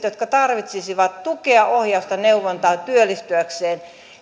jotka tarvitsisivat tukea ohjausta neuvontaa työllistyäkseen